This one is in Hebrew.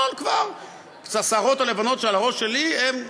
אבל השערות הלבנות שעל הראש שלי כבר